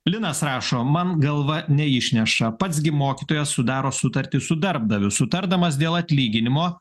linas rašo man galva neišneša pats gi mokytojas sudaro sutartį su darbdaviu sutardamas dėl atlyginimo